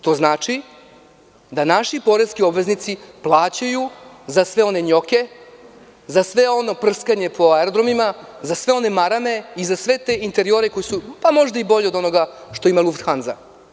To znači da naši poreski obveznici plaćaju za sve one njoke, za svo ono prskanje po aerodromima, za sve one marame i za sve te interiore, koji su možda i bolji od onoga što ima „Lufthanza“